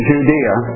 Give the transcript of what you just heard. Judea